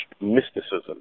mysticism